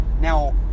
Now